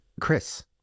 Chris